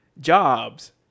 Jobs